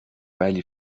ولی